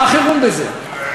מה חירום בזה?